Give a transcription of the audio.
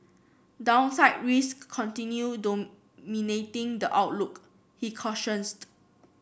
downside risk continue dominating the outlook he